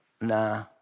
Nah